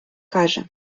каже